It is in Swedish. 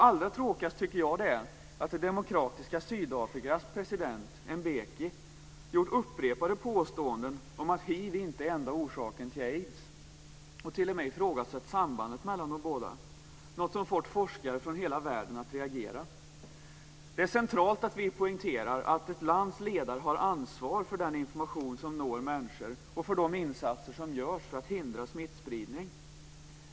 Allra tråkigast tycker jag att det är att det demokratiska Sydafrikas president Mbeki gjort upprepade påståenden om att hiv inte är enda orsaken till aids och t.o.m. ifrågasatt sambandet mellan de båda. Det har fått forskare från hela världen att reagera. Det är centralt att vi poängterar att ett lands ledare har ansvar för den information som når människor och för de insatser som görs för att hindra smittspridning.